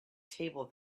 table